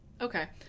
okay